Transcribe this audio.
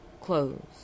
clothes